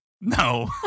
No